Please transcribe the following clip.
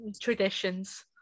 traditions